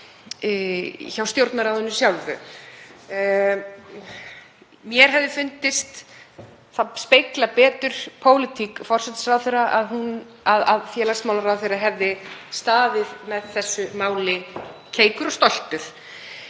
hjá Stjórnarráðinu sjálfu. Mér hefði fundist það spegla betur pólitík forsætisráðherra að félagsmálaráðherra hefði staðið með þessu máli keikur og stoltur.